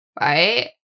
right